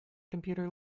computer